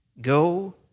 go